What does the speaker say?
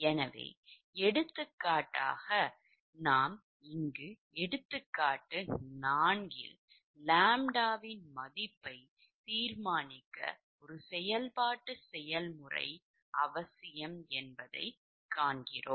எனவே எடுத்துக்காட்டாகஎடுத்துக்காட்டு 4 இல் ʎ வின் மதிப்பை தீர்மானிக்க ஒரு செயல்பாட்டு செயல்முறை அவசியம் என்பதைக் கண்டோம்